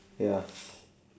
ya